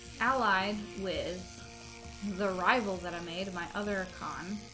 allied with the rival that i made my other khan